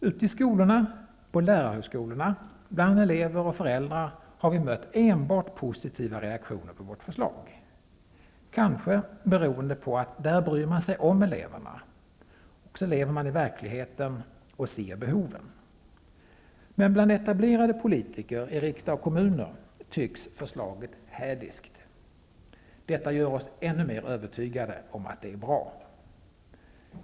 Ute i skolorna, på lärarhögskolorna, bland elever och föräldrar har vi mött enbart positiva reaktioner på vårt förslag, kanske beroende på att där bryr man sig om eleverna, och så lever man i verkligheten och ser behoven. Men bland etablerade politiker i riksdag och kommuner tycks förslaget hädiskt. Detta gör oss än mer övertygade om att det är bra!